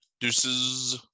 deuces